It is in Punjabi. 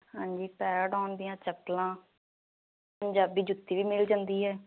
ਹਾਂਜੀ ਪੈਰਾਡੋਨ ਦੀਆਂ ਚੱਪਲਾਂ ਪੰਜਾਬੀ ਜੁੱਤੀ ਵੀ ਮਿਲ ਜਾਂਦੀ ਹੈ